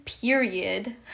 period